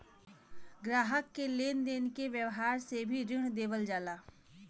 ग्राहक के लेन देन के व्यावहार से भी ऋण देवल जाला